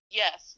yes